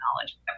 knowledge